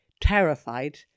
terrified